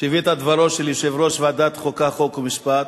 שהבאת דברו של יו"ר ועדת חוקה, חוק ומשפט.